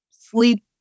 sleep